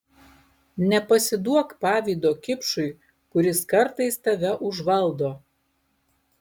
nepasiduok pavydo kipšui kuris kartais tave užvaldo